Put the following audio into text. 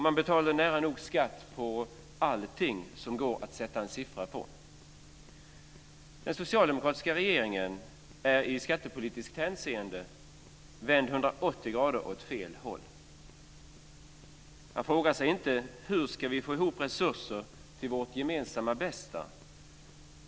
Man betalar nära nog skatt på allting som det går att sätta en siffra på. Den socialdemokratiska regeringen är i skattepolitiskt hänseende vänd 180 grader åt fel håll. Den frågar sig inte: Hur ska vi få ihop resurser till vårt gemensamma bästa?